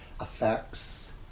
effects